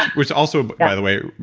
which also, by the way,